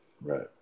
right